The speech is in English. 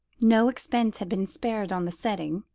no expense had been spared on the setting,